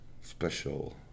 special